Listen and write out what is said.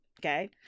Okay